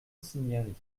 cinieri